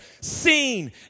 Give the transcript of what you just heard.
seen